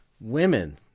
women